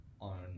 on